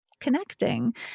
connecting